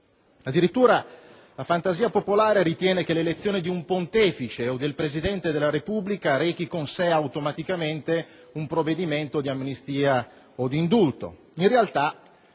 Addirittura, la fantasia popolare ritiene che l'elezione di un Pontefice o del Presidente della Repubblica rechi con sé, automaticamente, un provvedimento di amnistia o di indulto. In realtà,